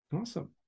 Awesome